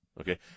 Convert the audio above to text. okay